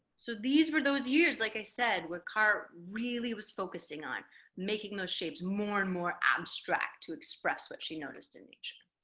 so these were those years like i said we're car really was focusing on making those shapes more and more abstract to express what she noticed in nature